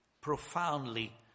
profoundly